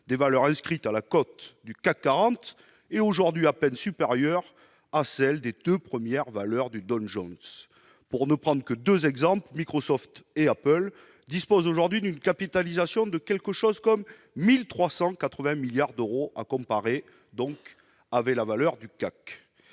des valeurs inscrites à la cote du CAC 40 est aujourd'hui à peine supérieure à celle des deux premières valeurs du Dow Jones. Pour ne prendre que deux exemples, Microsoft et Apple disposent aujourd'hui d'une capitalisation voisine de quelque 1 380 milliards d'euros, comparable donc avec la valeur du CAC